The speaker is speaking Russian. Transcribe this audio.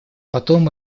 потом